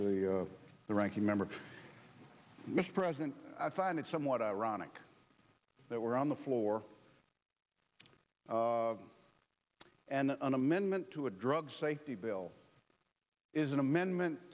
that the ranking member mr president i find it somewhat ironic that we're on the floor and an amendment to a drug safety bill is an amendment